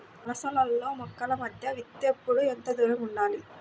వరసలలో మొక్కల మధ్య విత్తేప్పుడు ఎంతదూరం ఉండాలి?